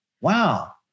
wow